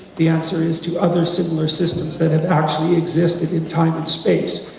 the answer is to other similar systems that have actually existed in time and space.